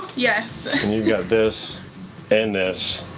yes. and you got this and this